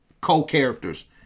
co-characters